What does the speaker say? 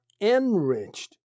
enriched